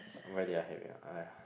where they're had their !aiya!